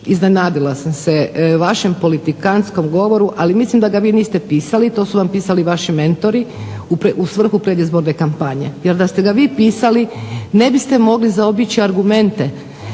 iznenadila sam se vašem politikantskom govoru, ali mislim da ga vi niste pisali, to su vam pisali vaši mentori u svrhu predizborne kampanje jer da ste ga vi pisali ne biste mogli zaobići argumente,